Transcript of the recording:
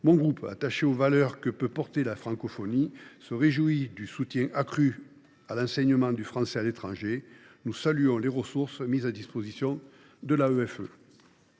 du RDSE, attaché aux valeurs que porte la francophonie, se réjouit du soutien accru à l’enseignement du français à l’étranger. Nous saluons les ressources mises à disposition de I’AEFE.